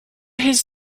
his